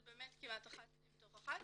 זה באמת אחת מתוך אחת.